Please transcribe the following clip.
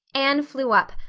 anne flew up,